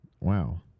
Wow